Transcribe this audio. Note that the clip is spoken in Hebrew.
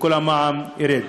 שכל המע"מ ירד.